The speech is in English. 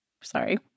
Sorry